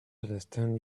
understand